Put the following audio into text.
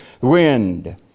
wind